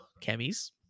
chemis